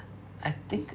I think